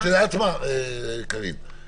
אני מודיע,